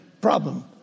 problem